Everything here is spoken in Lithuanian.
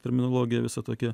terminologija visa tokia